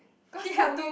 she help me